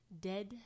Dead